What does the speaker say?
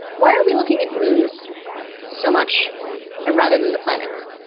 why are we looking at moons so much ah rather than the planets?